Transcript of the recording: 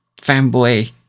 fanboy